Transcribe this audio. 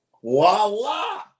Voila